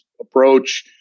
approach